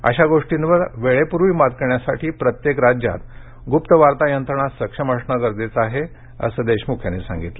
अशा गोष्टींवर वेळेपूर्वी मात करण्यासाठी गुप्त वार्ता यंत्रणा सक्षम असणे गरजेचे आहे असं देशमुख यांनी सांगितलं